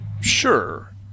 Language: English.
Sure